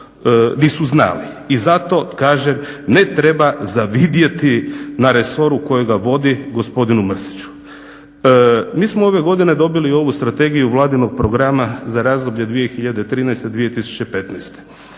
i zato kažem ne treba zavidjeti na resoru kojega vodi gospodinu Mrsiću. Mi smo ove godine dobili ovu strategiju Vladinog programa za razdoblje 2013.-2015.